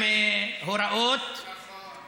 יש שלט עם הוראות, נכון.